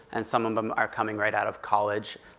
and some of them are coming right out of college,